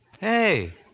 Hey